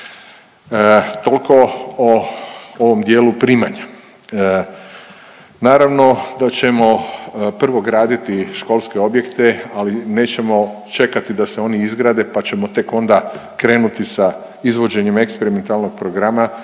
Toliko o ovom dijelu primanja. Naravno da ćemo prvo graditi školske objekte, ali nećemo čekati da se oni izgrade pa ćemo tek onda krenuti sa izvođenjem eksperimentalnog programa